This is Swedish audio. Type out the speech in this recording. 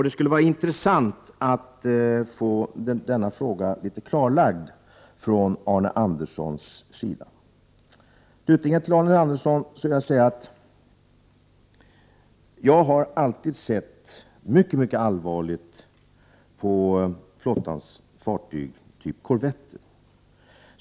Det skulle vara intressant att få denna fråga klarlagd från Arne Anderssons sida. Slutligen vill jag till Arne Andersson säga att jag alltid har sett mycket allvarligt på flottans fartyg av typ korvetter.